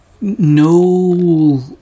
No